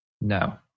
No